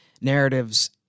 narratives